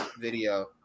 video